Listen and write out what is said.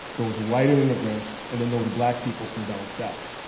those white immigrants, and then those black people from down south.